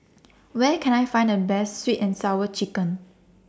Where Can I Find The Best Sweet and Sour Chicken